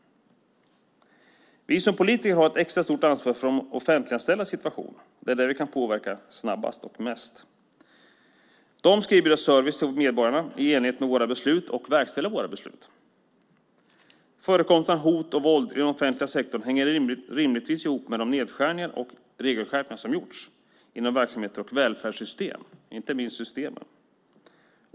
Vi har som politiker ett extra stort ansvar för de offentliganställdas situation. Det är där vi kan påverka snabbast och mest. De ska erbjuda service till medborgarna i enlighet med våra beslut och verkställa våra beslut. Förekomsten av hot och våld i den offentliga sektorn hänger rimligtvis ihop med de nedskärningar och regelskärpningar som gjorts inom verksamheter och inte minst välfärdssystem.